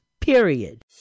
Period